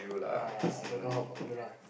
yea yea I don't know how about you lah